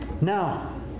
Now